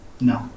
No